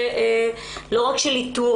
לא רק של איתור,